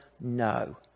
no